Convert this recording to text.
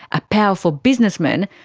a powerful businessman,